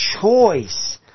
choice